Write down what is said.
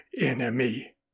enemy